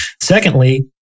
Secondly